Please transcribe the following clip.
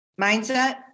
mindset